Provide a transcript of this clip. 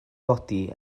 godi